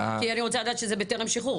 כי אני רוצה לדעת שזה בטרם שחרור.